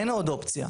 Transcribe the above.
אין עוד אופציה,